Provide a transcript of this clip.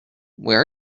where